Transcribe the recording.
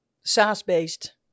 SaaS-based